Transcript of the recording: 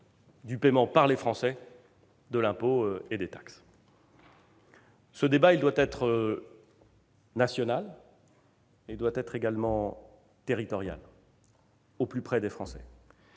du paiement par les Français de l'impôt et des taxes. Ce débat, il doit être national et il doit être également territorial, au plus près des Français.